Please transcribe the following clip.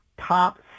top